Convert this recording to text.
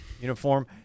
uniform